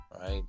right